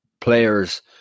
players